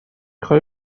خوای